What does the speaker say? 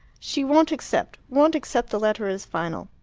she won't accept won't accept the letter as final.